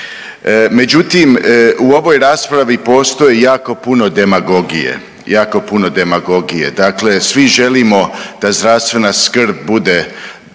Međutim, u ovoj raspravi postoji jako puno demagogije, jako puno demagogije. Dakle, svi želimo da zdravstvena skrb bude